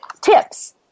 tips